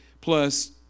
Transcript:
plus